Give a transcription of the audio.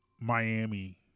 Miami